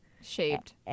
shaped